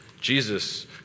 Jesus